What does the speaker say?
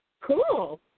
Cool